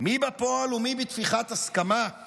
מי בפועל / ומי בטפיחת הסכמה /